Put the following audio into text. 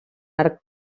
arc